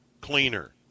cleaner